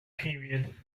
period